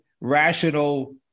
rational